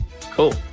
cool